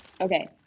Okay